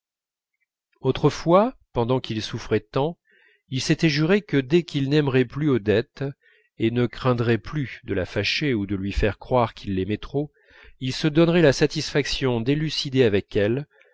autrefois pendant qu'il souffrait tant il s'était juré que dès qu'il n'aimerait plus odette et ne craindrait plus de la fâcher ou de lui faire croire qu'il l'aimait trop il se donnerait la satisfaction d'élucider avec elle